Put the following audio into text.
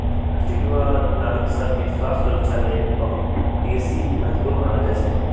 राष्ट्रीय बीमा नागरिक सभके स्वास्थ्य सुरक्षा लेल बहुत बेशी महत्वपूर्ण मानल जाइ छइ